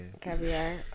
Caviar